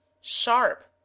sharp